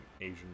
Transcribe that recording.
Asian